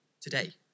today